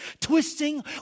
Twisting